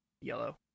yellow